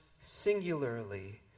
singularly